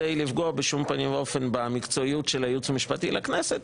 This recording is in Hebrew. אלה הסתייגויות, רק מי שהגיש הסתייגויות.